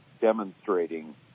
demonstrating